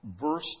verse